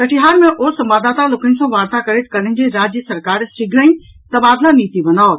कटिहार मे ओ संवाददाता लोकनि सॅ वार्ता करैत कहलनि जे राज्य सरकार शीघ्रहिं तबादला नीति बनाओत